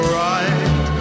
right